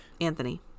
anthony